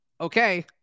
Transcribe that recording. okay